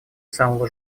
самого